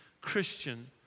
Christian